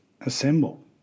assemble